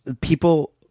people